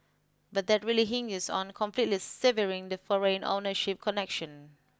but that really hinges on completely severing the foreign ownership connection